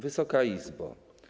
Wysoka Izbo!